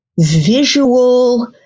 visual